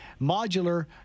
modular